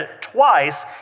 twice